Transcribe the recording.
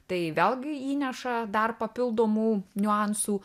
tai vėlgi įneša dar papildomų niuansų